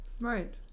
Right